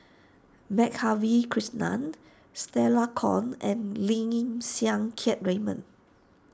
Madhavi Krishnan Stella Kon and Lim Siang Keat Raymond